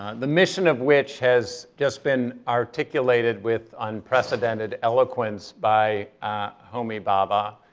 the mission of which has just been articulated with unprecedented eloquence by homi bhaba.